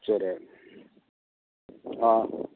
சரி ஆ